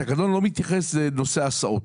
התקנון לא מתייחס לנושא הסעות